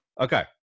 okay